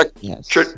Yes